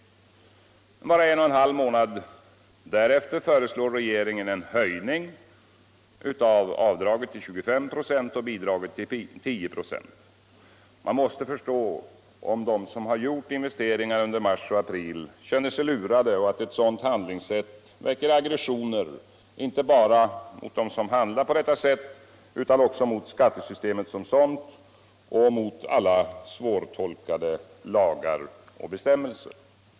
Bara en och en halv månad därefter föreslår regeringen en höjning av avdraget till 25 96 och av bidraget till 10 26. Man måste förstå, att de som har gjort investeringar under mars och april känner sig lurade och att ett sådant handlingssätt väcker aggressioner inte bara mot dem som handlar på detta sätt utan också mot skattesystemet som sådant och mot alla svårtolkade lagar och bestämmelser.